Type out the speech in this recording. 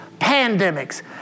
Pandemics